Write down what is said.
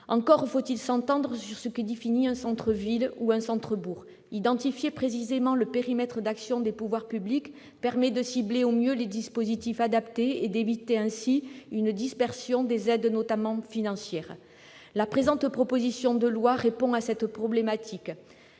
Encore faut-il s'entendre sur ce qui définit un centre-ville ou un centre-bourg. Identifier précisément le périmètre d'action des pouvoirs publics permet de cibler au mieux les dispositifs adaptés et d'éviter ainsi une dispersion des aides, notamment financières. La présente proposition de loi répond à cette problématique.